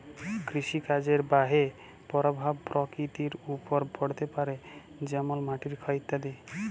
কৃষিকাজের বাহয়ে পরভাব পরকৃতির ওপর পড়তে পারে যেমল মাটির ক্ষয় ইত্যাদি